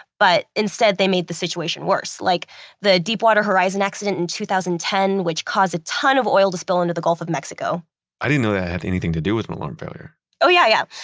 but instead they made the situation worse, like the deepwater horizon accident in two thousand and ten, which caused a ton of oil to spill into the gulf of mexico i didn't know that had anything to do with an alarm failure oh, yeah, yeah.